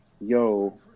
yo